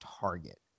target